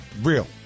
real